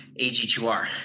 AG2R